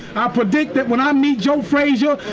i predict that when i meet joe frazier,